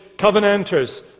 covenanters